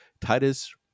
Titus